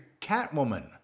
catwoman